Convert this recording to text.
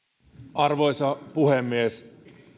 arvoisa puhemies